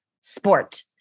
sport